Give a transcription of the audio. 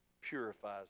purifies